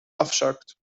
afzakt